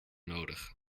nodig